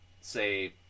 say